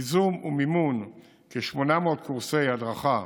ייזום ומימון כ-800 קורסי הדרכה